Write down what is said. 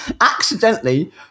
accidentally